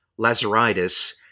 Lazaridis